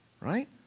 Right